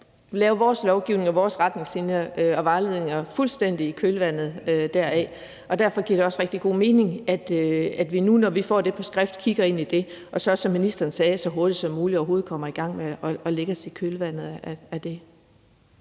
lave vores lovgivning og vores retningslinjer og vejledninger fuldstændig i kølvandet af den. Derfor giver det også rigtig god mening, at vi, når vi nu får det på skrift, kigger ind i det, og at vi, som ministeren sagde, så hurtigt som overhovedet muligt kommer i gang med det og lægger os i kølvandet af det.